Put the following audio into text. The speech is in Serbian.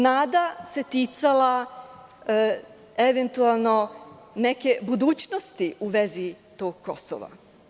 Nada se ticala eventualno neke budućnosti u vezi tog Kosova.